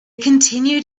continued